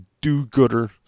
do-gooder